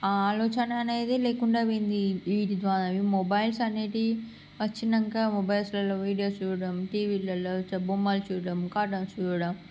ఆ ఆలోచన అనేది లేకుండా పోయింది ఈ వీటి ద్వారా ఈ మొబైల్స్ అనేటివి వచ్చినాంక మొబైల్స్లలో వీడియోస్ చూడటం టీవీలలో వచ్చే బొమ్మలు చూడటం కార్టూన్స్ చూడటం